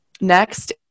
Next